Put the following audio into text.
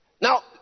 Now